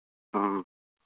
অ'